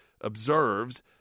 observes